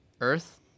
Earth